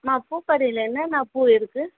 அம்மா பூக்கடையில் என்னென்ன பூ இருக்குது